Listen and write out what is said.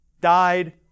died